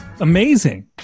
amazing